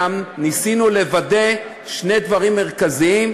גם ניסינו לוודא שני דברים מרכזיים: